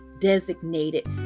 designated